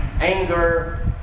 anger